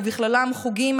ובכללן חוגים,